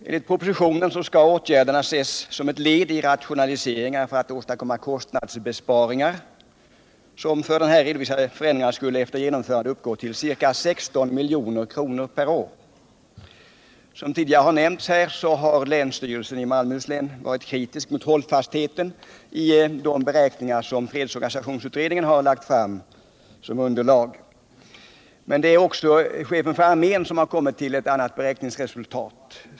Enligt propositionen skall åtgärderna ses som ett led i rationaliseringar för att åstadkomma kostnadsbesparingar, vilka för de här redovisade förändringarna skulle —- efter genomförandet — uppgå till ca 16 milj.kr. per år. Som tidigare har nämnts har länsstyrelsen i Malmöhus län varit kritisk mot hållfastheten i fredsorganisationsutredningens beräkning av besparingseffekterna. Också chefen för armén har kommit till ett annat beräkningsresultat än FFU.